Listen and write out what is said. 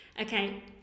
Okay